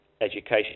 education